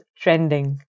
trending